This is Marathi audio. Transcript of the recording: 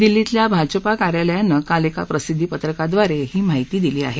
दिल्लीतल्या भाजपा कार्यालयानं काल एका प्रसिद्धीपत्रकाद्वारे ही माहिती दिली आहे